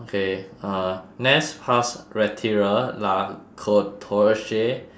okay uh